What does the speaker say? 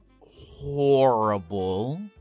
horrible